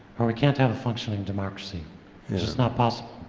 or we can't have a functioning democracy. it's just not possible.